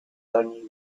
only